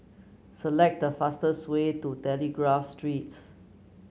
select the fastest way to Telegraph Street